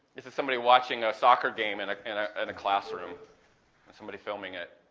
this is somebody watching a soccer game in ah and ah and a classroom, and somebody filming it.